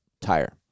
tire